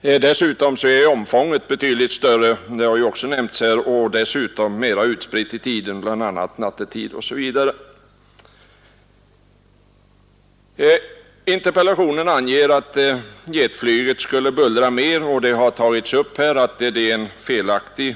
Dessutom är det allmänna flygets omfång betydligt större, bl.a. nattetid. I interpellationen anges att jetflyget skulle bullra mer. Här har anförts att detta är